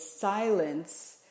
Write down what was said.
silence